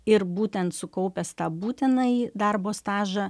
ir būtent sukaupęs tą būtinąjį darbo stažą